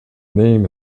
name